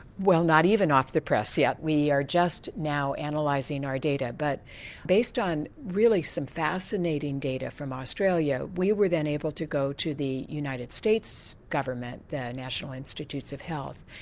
well not even off the press yet, we are just now and like analysing and our data but based on really some fascinating data from australia, we were then able to go to the united states government, the national institutes of health,